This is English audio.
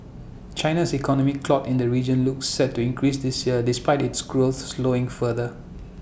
China's economic clout in the region looks set to increase this year despite its growth slowing further